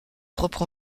propre